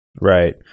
Right